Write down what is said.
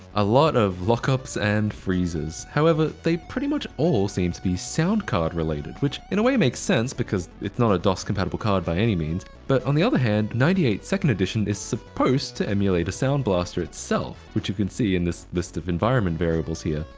a lot of lockups and freezes, however they pretty much all seem to be sound card related, which in a way makes sense, because it's not a dos-compatible card by any means, but on the other hand, ninety eight second edition is supposed to emulate a sound blaster itself, which you can see in this list of environment variables here.